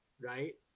right